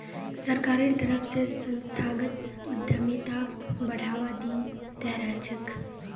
सरकारेर तरफ स संस्थागत उद्यमिताक बढ़ावा दी त रह छेक